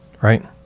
right